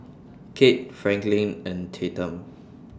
Kale Franklin and Tatum